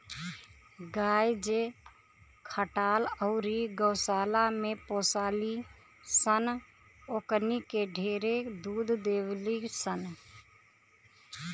गाय जे खटाल अउरी गौशाला में पोसाली सन ओकनी के ढेरे दूध देवेली सन